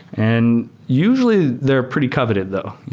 and usually, they're pretty coveted though.